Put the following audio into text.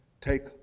take